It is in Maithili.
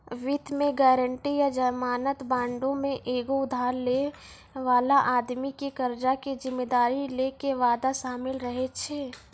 वित्त मे गायरंटी या जमानत बांडो मे एगो उधार लै बाला आदमी के कर्जा के जिम्मेदारी लै के वादा शामिल रहै छै